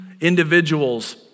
individuals